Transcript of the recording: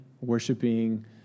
worshiping